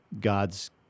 God's